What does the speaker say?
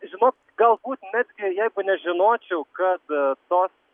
žinok galbūt netgi jei nežinočiau kad tos